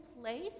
place